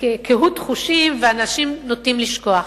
קהות חושים ואנשים נוטים לשכוח.